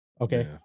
Okay